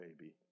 baby